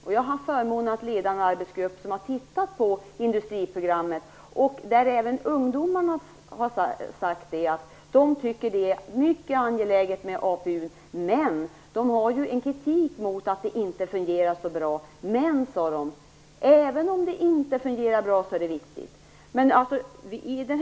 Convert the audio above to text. Jag har haft förmånen att leda en arbetsgrupp som har tittat på industriprogrammet. Även ungdomarna har sagt att det är mycket angeläget med APU. De riktar kritik mot att det inte fungerar så bra, men de säger att det är viktigt även om det inte fungerar bra.